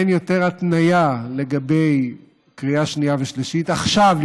אין יותר התניה לגבי קריאה שנייה ושלישית עכשיו,